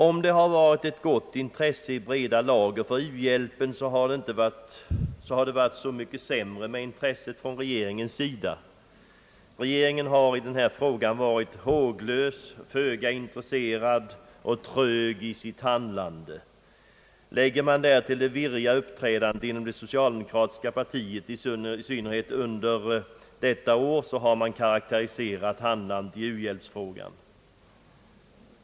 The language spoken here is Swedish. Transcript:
Om det har varit ett gott intresse i breda lager för u-hjälpen, har det varit så mycket sämre med intresset från regeringens sida. Regeringen har i denna fråga varit håglös, föga intresserad och trög i sitt handlande. Lägger man därtill det virriga uppträdandet inom det socialdemokratiska partiet i synnerhet under detta år, har man karakteriserat handlandet i u-hjälpsfrågan.